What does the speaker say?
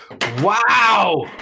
Wow